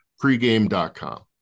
pregame.com